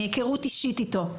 מהיכרות אישית איתו,